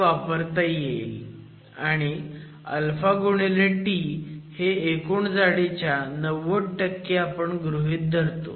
हे वापरता येईल आणि t हे एकूण जाडीच्या 90 आपण गृहीत धरतो